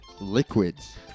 liquids